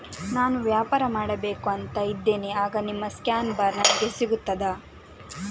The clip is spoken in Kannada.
ನಾನು ವ್ಯಾಪಾರ ಮಾಡಬೇಕು ಅಂತ ಇದ್ದೇನೆ, ಆಗ ನಿಮ್ಮ ಸ್ಕ್ಯಾನ್ ಬಾರ್ ನನಗೆ ಸಿಗ್ತದಾ?